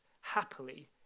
happily